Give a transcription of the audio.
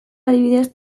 adibidez